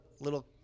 little